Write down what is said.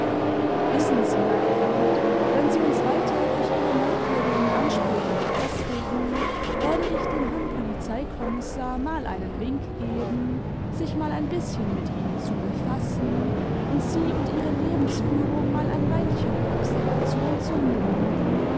wissen sie mein kind wenn sie uns weiter durch ihre merkwürdigen ansprüche belästigen werde ich dem herrn polizeikommissar mal einen wink geben sich mal ein bißchen mit ihnen zu befassen und sie und ihre lebensführung mal ein weilchen in observation zu nehmen